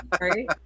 Right